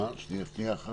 לא יהיה רוב לדבר הזה.